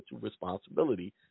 responsibility